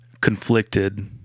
conflicted